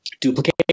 duplicate